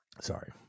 sorry